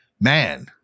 man